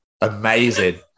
Amazing